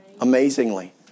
Amazingly